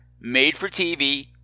made-for-TV